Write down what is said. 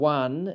one